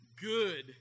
good